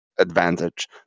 advantage